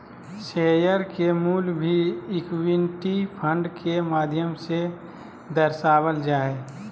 share के मूल्य भी इक्विटी फंड के माध्यम से दर्शावल जा हय